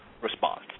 response